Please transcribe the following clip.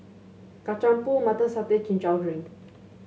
Kacang Pool Mutton Satay king chow drink